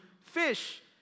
fish